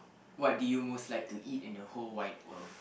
what do you most like to eat in the whole wide world